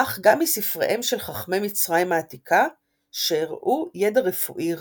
אך גם מספריהם של חכמי מצרים העתיקה שהראו ידע רפואי רב.